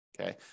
Okay